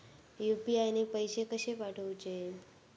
UPI ने पैशे कशे पाठवूचे?